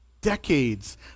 decades